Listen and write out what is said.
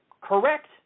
correct